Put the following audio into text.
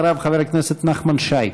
אחריו, חבר הכנסת נחמן שי.